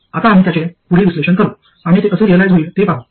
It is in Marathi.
आता आम्ही त्याचे पुढील विश्लेषण करू आणि ते कसे रिअलाईझ होईल ते पाहू